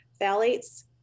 phthalates